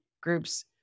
groups